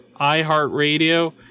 iHeartRadio